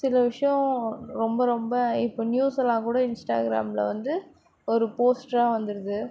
சில விஷயம் ரொம்ப ரொம்ப இப்போ நியூஸெல்லாம் கூட இன்ஸ்டாகிராமில் வந்து ஒரு போஸ்டரா வந்துடுது